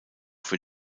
für